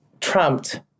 trumped